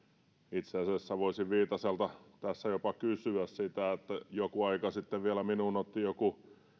itse asiassa voisin viitaselta tässä jopa kysyä sitä kun joku aika sitten vielä minuun otti yhteyttä joku